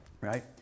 right